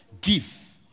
Give